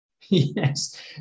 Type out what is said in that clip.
Yes